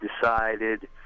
decided